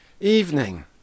Evening